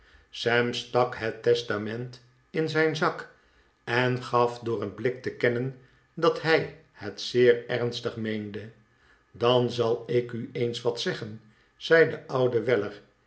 sam stak het testament in zijn zak en gaf door een blik te kennen dat hij het zeer ernstig meende dan zal ik u eens wat zeggen zei de oude weller